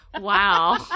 Wow